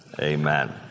Amen